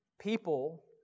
people